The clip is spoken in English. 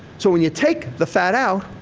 so, when you take the fat out,